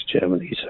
germany